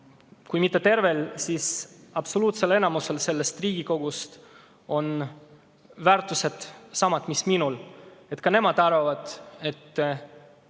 kui mitte tervel, siis absoluutsel enamusel sellest Riigikogust on väärtused samad mis minul – ka nemad arvavad, et